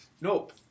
Nope